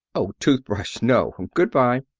oh, toothbrush. no. good-by.